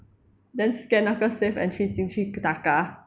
then scan 那个 safe entry 进去 taka